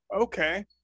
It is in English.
Okay